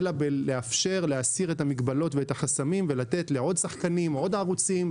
אלא לאפשר את המגבלות ואת החסמים ולתת לעוד שחקנים עוד ערוצים,